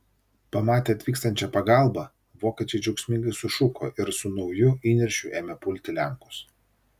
pamatę atvykstančią pagalbą vokiečiai džiaugsmingai sušuko ir su nauju įniršiu ėmė pulti lenkus